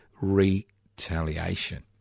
retaliation